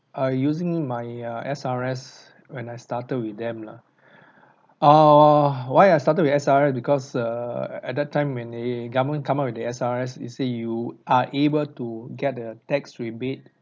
err using my uh S_R_S when I started with them lah err why I started with S_R_S because err at that time when the government come up with the S_R_S they said you are able to get the tax rebate